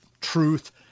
truth